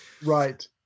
Right